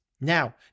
Now